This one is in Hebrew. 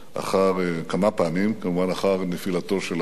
לאחר כמה פעמים, כמובן לאחר נפילתו של אחי,